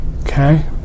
Okay